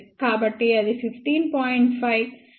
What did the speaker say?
కాబట్టి అది 15